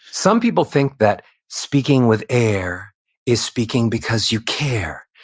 some people think that speaking with air is speaking because you care.